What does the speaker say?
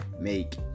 make